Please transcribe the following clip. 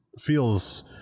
feels